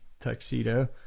tuxedo